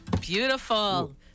Beautiful